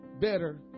better